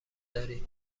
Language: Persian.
دارید